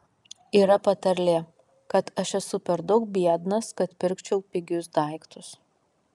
yra patarlė kad aš esu per daug biednas kad pirkčiau pigius daiktus